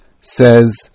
says